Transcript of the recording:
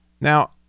Now